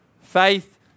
Faith